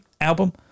album